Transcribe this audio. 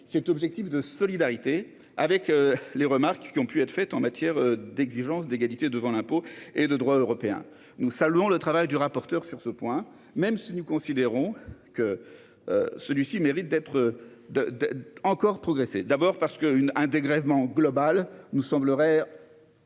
cet objectif de solidarité avec les remarques qui ont pu être faites en matière d'égalité devant l'impôt et de droit européen. Nous saluons le travail du rapporteur sur ce point, même si nous considérons que celui-ci mérite d'être encore affiné. D'abord, un dégrèvement global nous semble